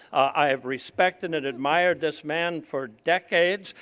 i've respected and admired this man for decades.